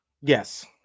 Yes